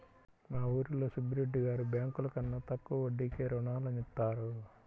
మా ఊరిలో సుబ్బిరెడ్డి గారు బ్యేంకుల కన్నా తక్కువ వడ్డీకే రుణాలనిత్తారు